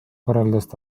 võrreldes